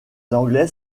anglais